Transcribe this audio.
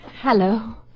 Hello